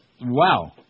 Wow